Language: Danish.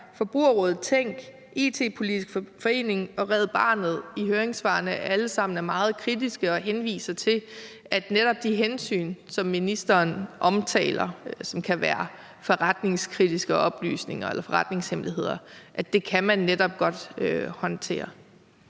Forbrugerrådet Tænk, IT-Politisk Forening og Red Barnet i deres høringssvar alle sammen er meget kritiske og henviser til, at netop de hensyn, som ministeren omtaler, og som er, at det kan være forretningskritiske oplysninger eller forretningshemmeligheder, kan man godt håndtere?